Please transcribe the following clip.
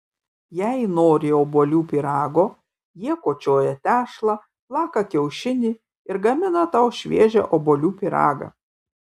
jei nori obuolių pyrago jie kočioja tešlą plaka kiaušinį ir gamina tau šviežią obuolių pyragą